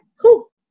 cool